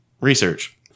research